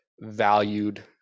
valued